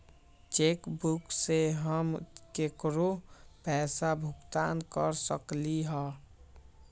cheque book से हम केकरो पैसा भुगतान कर सकली ह